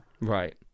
right